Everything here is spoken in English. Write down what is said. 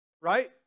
Right